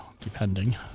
depending